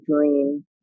dream